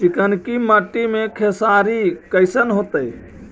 चिकनकी मट्टी मे खेसारी कैसन होतै?